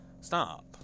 stop